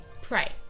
pray